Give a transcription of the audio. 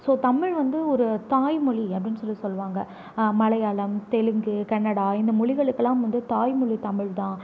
so Tamil வந்து ஒரு தாய்மொழி அப்டின்னு சொல்லி சொல்லுவாங்க மலையாளம் தெலுங்கு கன்னடா இந்த மொழிகளுக்கெலாம் வந்து தாய்மொழி தமிழ் தான்